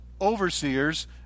overseers